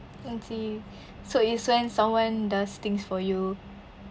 I see so it's when someone does things for you